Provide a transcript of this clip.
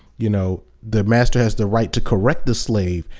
you know the master has the right to correct the slave.